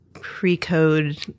pre-code